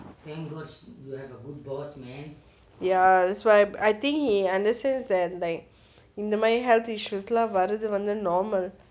ya that's why I think he understands that like இந்தே மாறி:intha maari health issues lah வருதே:varuthu normal